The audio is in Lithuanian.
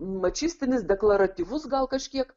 mačistinis deklaratyvus gal kažkiek